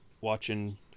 watching